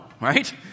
right